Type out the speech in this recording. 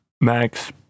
Max